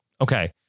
Okay